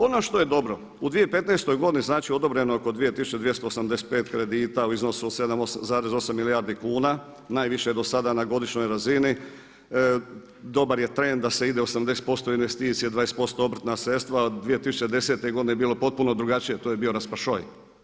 Ono što je dobro u 2015. godini odobreno je oko 2.285 kredita u iznosu od 7,8 milijardi kuna najviše do sada na godišnjoj razini, dobar je trend da se ide 80% u investicije, 20% obrtna sredstva, a 2010. godine je bilo potpuno drugačije, to je bio raspašoj.